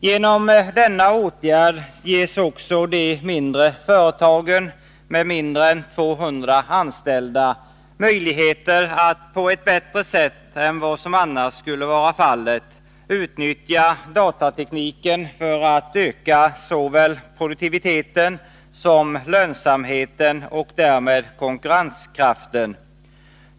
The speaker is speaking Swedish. Genom denna åtgärd ges också de mindre företagen — de med mindre än 200 anställda — möjligheter att på ett bättre sätt än vad som annars skulle vara fallet utnyttja datatekniken för att öka såväl produktiviteten som lönsamheten och därmed konkurrenskraften.